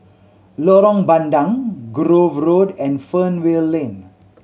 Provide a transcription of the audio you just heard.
Lorong Bandang Grove Road and Fernvale Lane